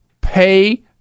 pay